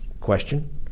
question